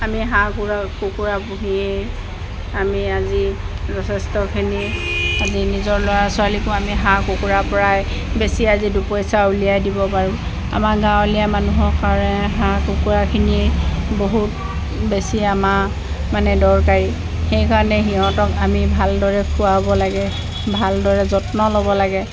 আমি হাঁহ কুকুৰা কুকুৰা পুহিয়ে আমি আজি যথেষ্টখিনি আজি নিজৰ ল'ৰা ছোৱালীকো আমি হাঁহ কুকুৰা পৰাই বেচি আজি দুপইচা উলিয়াই দিব পাৰোঁ আমাৰ গাঁৱলীয়া মানুহৰ কাৰণে হাঁহ কুকুৰাখিনিয়ে বহুত বেছি আমাৰ মানে দৰকাৰী সেইকাৰণে সিহঁতক আমি ভালদৰে খুৱাব লাগে ভালদৰে যত্ন ল'ব লাগে